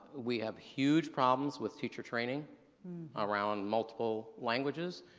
we have huge problems with teacher training around multiple languages.